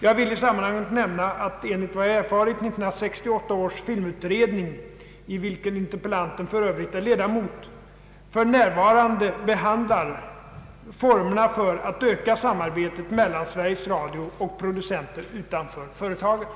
Jag vill i sammanhanget nämna att, enligt vad jag erfarit, 1968 års filmutredning, i vilken interpellanten för övrigt är ledamot, för närvarande behandlar formerna för att öka samarbetet mellan Sveriges Radio och producenter utanför företaget.